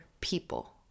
people